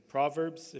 Proverbs